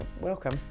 Welcome